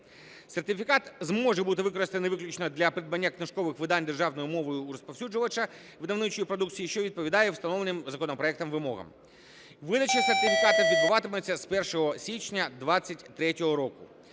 Сертифікат зможе бути використаний виключно для придбання книжкових видань державною мовою у розповсюджувача видавничої продукції, що відповідає встановленим законопроектом вимогам. Видача сертифікату відбуватиметься з 1 січня 23-го року.